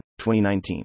2019